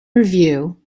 review